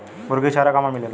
मुर्गी के चारा कहवा मिलेला?